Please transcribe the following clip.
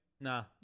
Nah